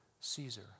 Caesar